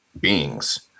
beings